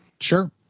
Sure